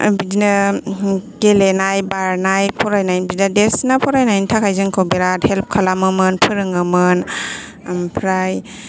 बिदिनो गेलेनाय बारनाय फरायनाय बिदा देरसिना फरायनायनि थाखाय जोंखौ बिराथ हेल्प खालामोमोन फोरोङोमोन ओमफ्राय